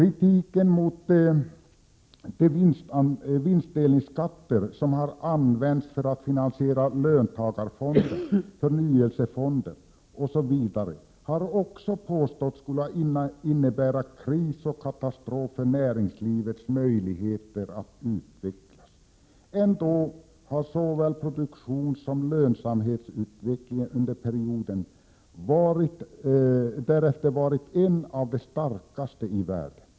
De vinstdelningsskatter som har använts för att finansiera löntagarfonder, förnyelsefonder etc. har av kritikerna också påståtts skola innebära kris och katastrof för näringslivets möjligheter att utvecklas. Ändå har produktionsoch lönsamhetsutvecklingen under perioden därefter varit en av de starkaste i världen.